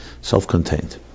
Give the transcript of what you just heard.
self-contained